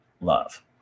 love